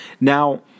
Now